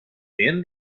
din